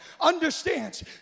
understands